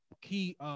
key